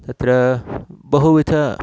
तत्र बहुविधाः